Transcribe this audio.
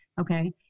okay